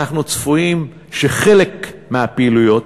ואנחנו צפויים שחלק מהפעילויות,